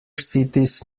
cities